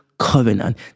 covenant